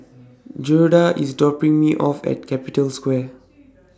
Gerda IS dropping Me off At Capital Square